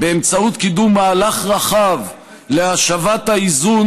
באמצעות קידום מהלך רחב להשבת האיזון